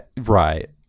Right